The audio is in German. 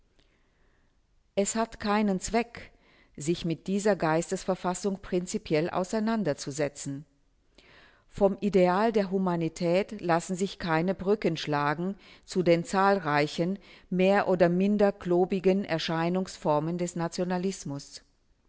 es hat keinen zweck sich mit dieser geistesverfassung prinzipiell auseinanderzusetzen vom ideal der humanität lassen sich keine brücken schlagen zu den zahlreichen mehr oder minder klobigen erscheinungsformen des nationalismus